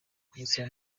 gusa